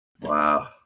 Wow